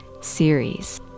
series